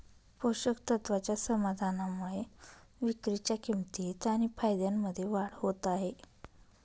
पोषक तत्वाच्या समाधानामुळे विक्रीच्या किंमतीत आणि फायद्यामध्ये वाढ होत आहे